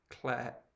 Claire